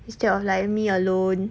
instead of like me alone